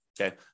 Okay